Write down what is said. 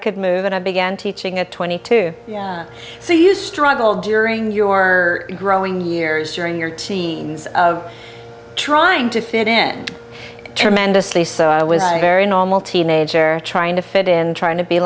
could move and i began teaching at twenty two so you struggled during your growing years during your teams of trying to fit in tremendously so i was a very normal teenager trying to fit in trying to be